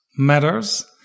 matters